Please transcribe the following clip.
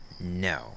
No